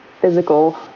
physical